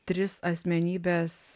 tris asmenybes